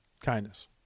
kindness